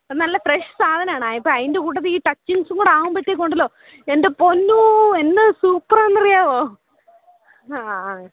നല്ല ഫ്രഷ് സാധനമാണ് അപ്പോൾ അതിൻ്റെ കൂട്ടത്തിൽ ടച്ചിങ്ങ്സും കൂടെ ആവുമ്പോഴത്തേക്കും ഉണ്ടല്ലൊ എൻ്റെ പൊന്നോ എന്നാ സൂപ്പറാണെന്നറിയാമോ ആ ആ ആ